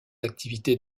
activités